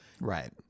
right